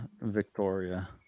Victoria